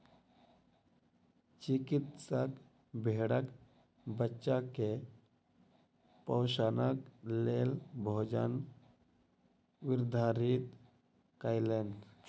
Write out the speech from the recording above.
चिकित्सक भेड़क बच्चा के पोषणक लेल भोजन निर्धारित कयलैन